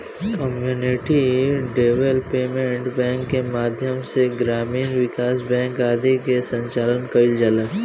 community development bank के माध्यम से ग्रामीण विकास बैंक आदि के संचालन कईल जाला